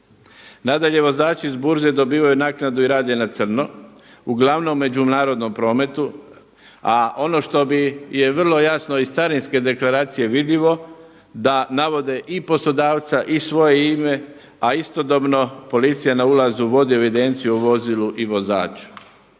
Nadalje vozači s burze dobivaju naknadu i rade na crno, uglavnom u međunarodnom prometu a ono što bi, je vrlo jasno iz carinske deklaracije vidljivo da navode i poslodavca i svoje ime, a istodobno policija na ulazu vodi evidenciju o vozilu i vozaču.